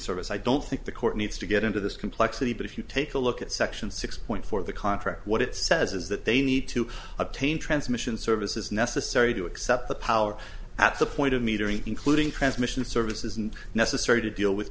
service i don't think the court needs to get into this complexity but if you take a look at section six point four of the contract what it says is that they need to obtain transmission services necessary to accept the power at the point of metering including transmission service isn't necessary to deal with